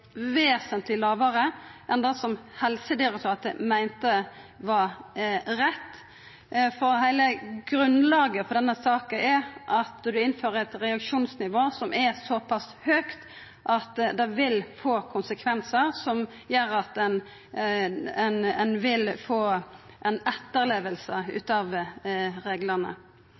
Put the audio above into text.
vesentleg lågare enn det som Helsedirektoratet meinte var rett, for heile grunnlaget for denne saka er at ein innfører eit reaksjonsnivå som er såpass høgt at det vil få konsekvensar som gjer at ein vil få ei etterleving av reglane.